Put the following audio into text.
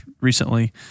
recently